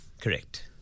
Correct